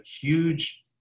huge